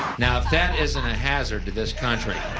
now if that isn't a hazard to this country.